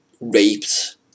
raped